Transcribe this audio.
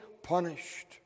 punished